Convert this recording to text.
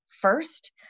first